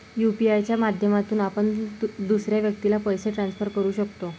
UPI च्या माध्यमातून आपण दुसऱ्या व्यक्तीला पैसे ट्रान्सफर करू शकतो